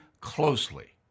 closely